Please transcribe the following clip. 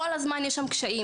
כל הזמן יש שם קשיים.